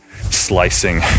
slicing